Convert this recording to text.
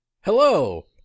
Hello